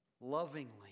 lovingly